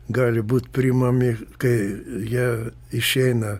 gali būt priimami kai jie išeina